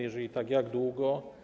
Jeżeli tak, to jak długo?